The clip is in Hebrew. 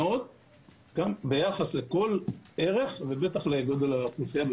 גם ביחס לכל ערך ובטח לגודל האוכלוסייה.